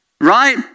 Right